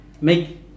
make